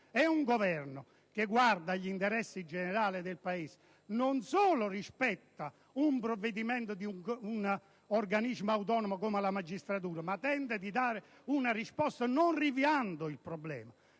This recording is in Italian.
Un Governo che guarda agli interessi generali del Paese non solo rispetta un provvedimento di un organo autonomo come la magistratura, ma tenta di dare una risposta non rinviando il problema,